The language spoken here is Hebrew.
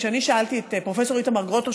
כשאני שאלתי את פרופ' איתמר גרוטו,